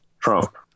Trump